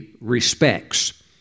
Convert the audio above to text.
respects